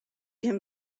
him